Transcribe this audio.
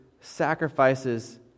sacrifices